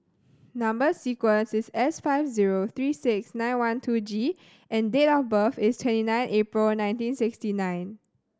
number sequence is S five zero three six nine one two G and date of birth is twenty nine April nineteen sixty nine